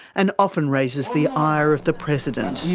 and often raises the ire of the president.